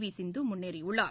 we Sindhu முன்னேறியுள்ளார்